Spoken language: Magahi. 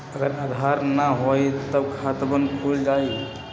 अगर आधार न होई त खातवन खुल जाई?